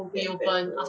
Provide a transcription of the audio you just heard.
get better